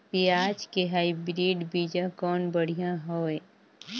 पियाज के हाईब्रिड बीजा कौन बढ़िया हवय?